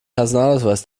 personalausweis